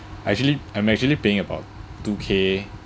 actually I'm actually paying about two k